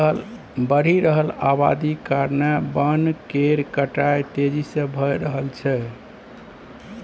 बढ़ि रहल अबादी कारणेँ बन केर कटाई तेजी से भए रहल छै